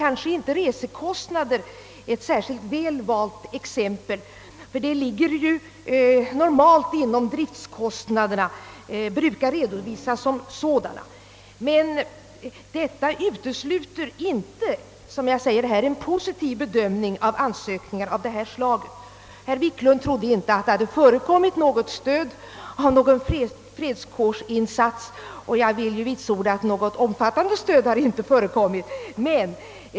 Resekostnader är kanske inte ett särskilt väl valt exempel, ty de hänförs normalt till driftkostnaderna och redovisas som sådana. Men detta utesluter inte, som jag framhållit, en positiv bedömning av ansökningar av det slaget. Herr Wiklund trodde att det inte förekommit något stöd för fredskårsinsatser, och jag kan vitsorda att det inte har förekommit något omfattande stöd.